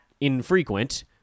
infrequent